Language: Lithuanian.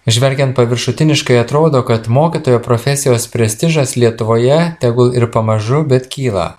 žvelgiant paviršutiniškai atrodo kad mokytojo profesijos prestižas lietuvoje tegul ir pamažu bet kyla